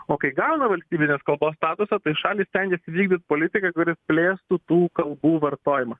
o kai gauna valstybinės kalbos statusą šalys stengiasi vykdyt politiką kuri plėstų tų kalbų vartojimą